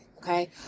Okay